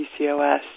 PCOS